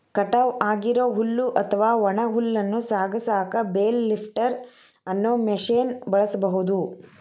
ಕಟಾವ್ ಆಗಿರೋ ಹುಲ್ಲು ಅತ್ವಾ ಒಣ ಹುಲ್ಲನ್ನ ಸಾಗಸಾಕ ಬೇಲ್ ಲಿಫ್ಟರ್ ಅನ್ನೋ ಮಷೇನ್ ಬಳಸ್ಬಹುದು